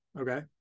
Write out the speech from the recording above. Okay